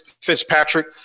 Fitzpatrick